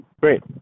Great